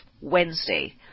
Wednesday